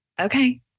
Okay